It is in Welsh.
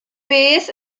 beth